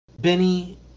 Benny